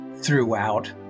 throughout